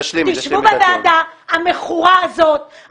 תשבו בוועדה המכורה הזאת,